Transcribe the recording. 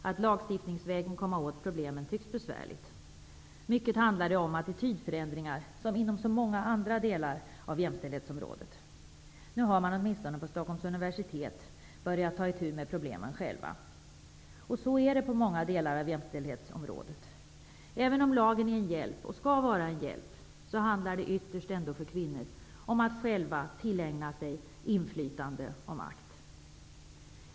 Att lagstiftningsvägen komma åt problemen tycks besvärligt; mycket handlar om attitydförändringar, som inom så många andra delar av jämställdhetsområdet. Nu har man åtminstone på Stockholms universitet börjat ta itu med problemen. Så är det inom många delar av jämställdhetspolitiken: även om lagen är en hjälp, och skall vara en hjälp, handlar det ytterst för kvinnor om att själva tillägna sig inflytande och makt.